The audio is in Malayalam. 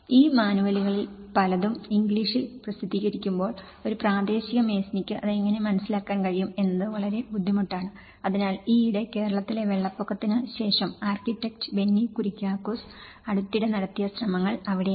ഈ മാനുവലുകളിൽ പലതും ഇംഗ്ലീഷിൽ പ്രസിദ്ധീകരിക്കുമ്പോൾ ഒരു പ്രാദേശിക മേസ്നിക്ക് അത് എങ്ങനെ മനസ്സിലാക്കാൻ കഴിയും എന്നത് വളരെ ബുദ്ധിമുട്ടാണ് അതിനാൽ ഈയിടെ കേരളത്തിലെ വെള്ളപ്പൊക്കത്തിന് ശേഷം ആർക്കിടെക്റ്റ് ബെന്നി കുര്യാക്കോസ് അടുത്തിടെ നടത്തിയ ശ്രമങ്ങൾ അവിടെയാണ്